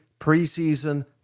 preseason